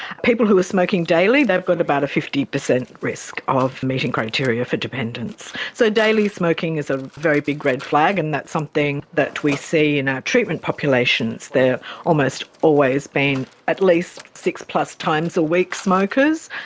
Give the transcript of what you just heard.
people who are smoking daily, they've got about a fifty percent risk of meeting criteria for dependence. so daily smoking is a very big red flag, and that's something that we see in our treatment populations, they've almost always been at least six-plus times a week smokers,